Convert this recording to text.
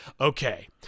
okay